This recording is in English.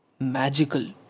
magical